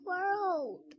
world